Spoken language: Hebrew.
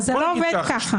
נצביע.